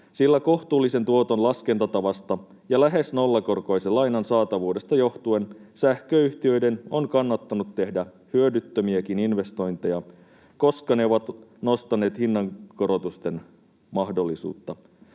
sillä kohtuullisen tuoton laskentatavasta ja lähes nollakorkoisen lainan saatavuudesta johtuen sähköyhtiöiden on kannattanut tehdä hyödyttömiäkin investointeja, koska ne ovat nostaneet hinnankorotusten mahdollisuutta.